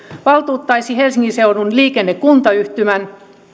valtuuttaisi helsingin seudun liikenne kuntayhtymän